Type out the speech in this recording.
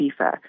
FIFA